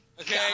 Okay